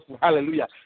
Hallelujah